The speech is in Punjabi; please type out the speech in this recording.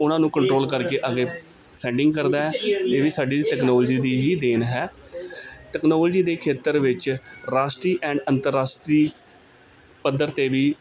ਉਹਨਾਂ ਨੂੰ ਕੰਟਰੋਲ ਕਰਕੇ ਅੱਗੇ ਸੈਂਡਿੰਗ ਕਰਦਾ ਜਿਹੜੀ ਸਾਡੀ ਟੈਕਨੋਲੋਜੀ ਦੀ ਹੀ ਦੇਣ ਹੈ ਟੈਕਨੋਲਜੀ ਦੇ ਖੇਤਰ ਵਿੱਚ ਰਾਸ਼ਟਰੀ ਐਂਡ ਅੰਤਰਰਾਸ਼ਟਰੀ ਪੱਧਰ ਤੇ ਵੀ